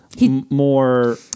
more